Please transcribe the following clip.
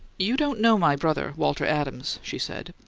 you don't know my brother, walter adams, she said.